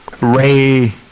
Ray